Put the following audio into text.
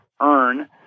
earn